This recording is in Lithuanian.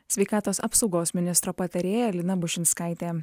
sveikatos apsaugos ministro patarėja lina bušinskaitė